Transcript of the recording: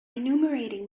enumerating